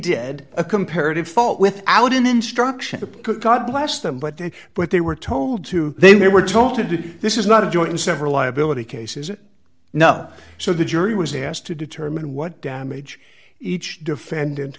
did a comparative fault without an instruction to god bless them but they but they were told to then they were told to do this is not a joint and several liability cases it no so the jury was asked to determine what damage each defend